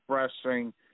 expressing